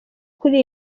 kuri